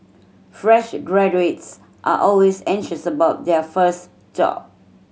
fresh graduates are always anxious about their first job